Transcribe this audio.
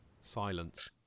Silence